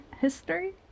history